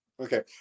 Okay